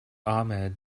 ahmed